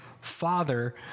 father